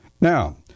Now